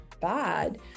bad